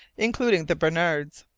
including the barnards,